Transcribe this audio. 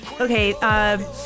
Okay